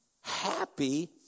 Happy